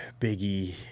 Biggie